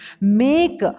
make